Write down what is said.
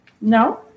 No